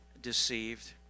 deceived